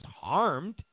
harmed